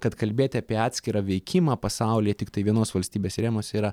kad kalbėt apie atskirą veikimą pasaulyje tiktai vienos valstybės rėmuose yra